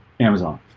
amazon